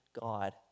God